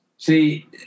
See